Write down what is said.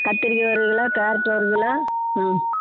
கத்திரிக்காய் ஒரு kilo carrot ஒரு கிலோ ம்